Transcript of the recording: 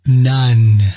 none